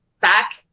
back